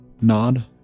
nod